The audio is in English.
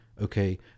okay